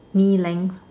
knee length